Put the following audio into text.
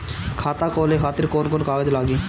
खाता खोले खातिर कौन कौन कागज लागी?